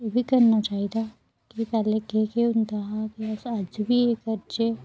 ओह्बी करना चाहिदा कि के पैह्लें केह् केह् होंदा हा ते तुस अज्ज बी करचै